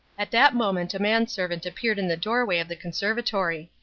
at that moment a manservant appeared in the doorway of the conservatory.